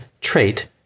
trait